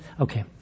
Okay